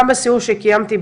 גם בסיור שקיימתי,